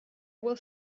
will